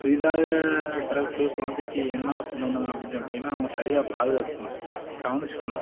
புதிதாக பிறக்கக்கூடிய குழந்தைக்கு என்ன பண்ணணும் அப்படின்னு கேட்டீங்கன்னா நம்ம சரியாக பாதுகாத்துக்கணும் கவனிச்சுக்கணும்